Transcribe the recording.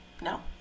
No